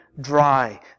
dry